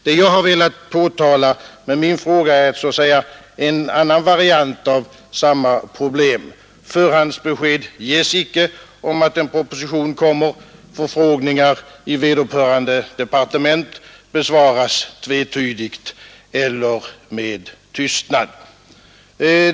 Vad jag velat påtala med min fråga är en annan variant av samma problem: förhandsbesked ges icke om att en proposition kommer, förfrågningar i vederbörande departement besvaras tvetydigt eller med tystnad.